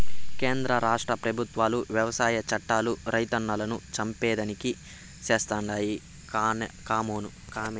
కేంద్ర రాష్ట్ర పెబుత్వాలు వ్యవసాయ చట్టాలు రైతన్నలను చంపేదానికి చేస్తండాయి కామోసు